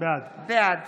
בעד